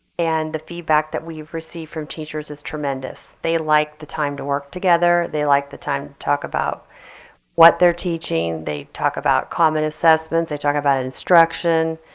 and the feedback that we've received from teachers is tremendous. they like the time to work together, they like the time to talk about what they're teaching, they talk about common assessments, they talk about instruction,